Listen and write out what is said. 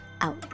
out